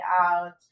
out